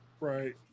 Right